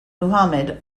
muhammad